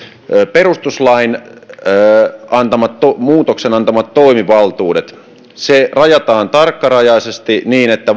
perustuslain muutoksen antamat toimivaltuudet se rajataan tarkkarajaisesti niin että